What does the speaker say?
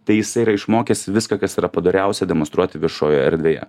tai jisai yra išmokęs viską kas yra padoriausia demonstruoti viešojoje erdvėje